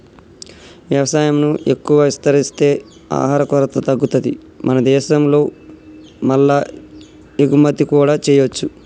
వ్యవసాయం ను ఎక్కువ విస్తరిస్తే ఆహార కొరత తగ్గుతది మన దేశం లో మల్ల ఎగుమతి కూడా చేయొచ్చు